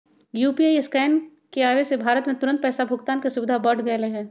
UPI scan के आवे से भारत में तुरंत पैसा भुगतान के सुविधा बढ़ गैले है